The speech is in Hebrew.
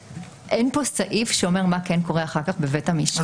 אין כאן סעיף שאומר מה כן קורה אחר כך בבית המשפט.